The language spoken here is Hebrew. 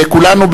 וכולנו,